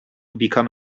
become